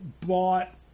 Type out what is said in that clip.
bought